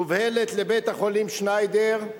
מובהלת לבית-החולים "שניידר",